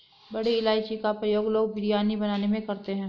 बड़ी इलायची का प्रयोग लोग बिरयानी बनाने में करते हैं